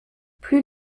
plus